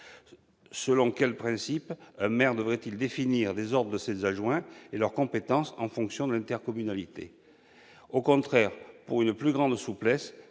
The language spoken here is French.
Selon quel principe un maire devrait-il définir l'ordre de ses adjoints et leurs compétences en fonction de l'intercommunalité ? Au contraire, pour une plus grande souplesse,